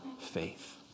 faith